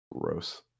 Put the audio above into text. Gross